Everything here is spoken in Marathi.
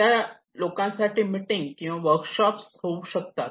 त्या लोकांसाठी मीटिंग किंवा वर्कशॉप होऊ शकतात